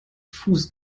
fuß